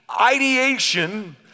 ideation